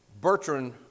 Bertrand